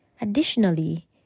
additionally